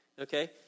okay